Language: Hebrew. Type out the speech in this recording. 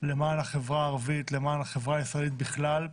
למען החברה הערבית, למען החברה הישראלית בכלל.